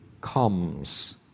comes